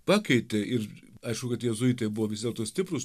pakeitė ir aišku kad jėzuitai buvo vis dėlto stiprūs